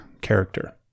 character